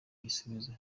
igisubizo